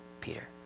Peter